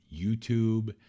YouTube